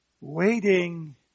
Waiting